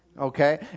okay